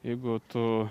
jeigu tu